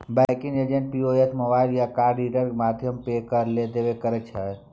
banking agent POS, mobile आ card रीडरक माध्यमे पाय केर लेब देब करै छै